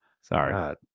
Sorry